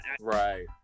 right